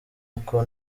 uko